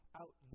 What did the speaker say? out